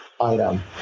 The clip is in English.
item